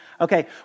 Okay